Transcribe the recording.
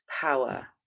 power